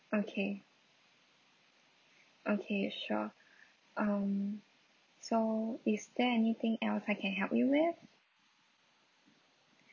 okay okay sure um so is there anything else I can help you with